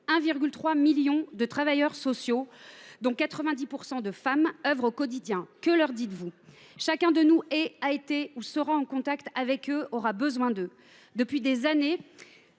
1,3 million de travailleurs sociaux, dont 90 % de femmes, œuvrent au quotidien. Que leur dites vous ? Chacun de nous a été ou sera en contact avec eux ; chacun de nous aura besoin d’eux. Depuis des années,